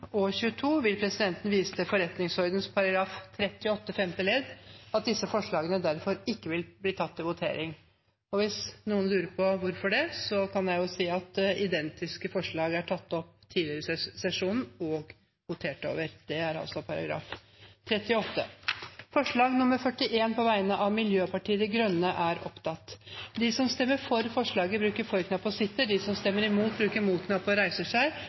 og 22, vil presidenten vise til forretningsordenens § 38 femte ledd, og at disse forslagene derfor ikke vil bli tatt til votering. Hvis noen lurer på hvorfor, er det fordi identiske forslag er tatt opp tidligere i sesjonen og votert over. Det voteres over forslag nr. 41, fra Miljøpartiet De Grønne. Forslaget lyder: «Stortinget ber regjeringen senest i forbindelse med statsbudsjettet for